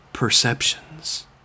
Perceptions